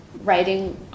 Writing